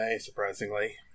surprisingly